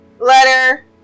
letter